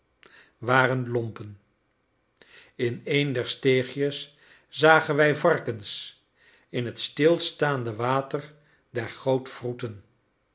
waren lompen in een der steegjes zagen wij varkens in het stilstaande water der goot wroeten